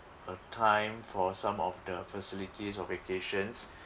a time for some of the facilities or vacations